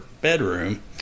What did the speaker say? bedroom